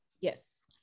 yes